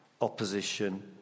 opposition